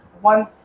one